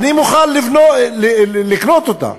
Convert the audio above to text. אני מוכן לקנות אותה.